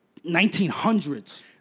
1900s